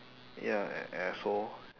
ya a asshole